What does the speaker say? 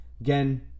Again